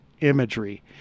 imagery